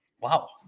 Wow